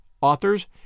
authors